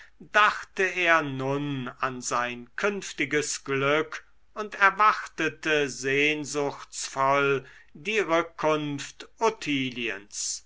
dachte er nun an sein künftiges glück und erwartete sehnsuchtsvoll die rückkunft